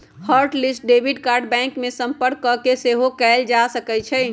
hot list debit card bank में संपर्क कऽके सेहो कएल जा सकइ छै